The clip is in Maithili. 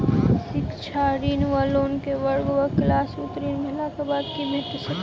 शिक्षा ऋण वा लोन केँ वर्ग वा क्लास उत्तीर्ण भेलाक बाद भेट सकैत छी?